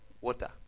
water